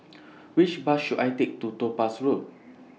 Which Bus should I Take to Topaz Road